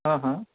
हँ हँ